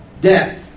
death